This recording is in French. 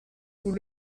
vous